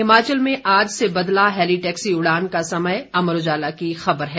हिमाचल में आज से बदला हेली टैक्सी उड़ान का समय अमर उजाला की खबर है